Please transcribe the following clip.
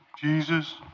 Jesus